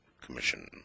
Commission